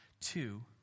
Two